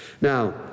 Now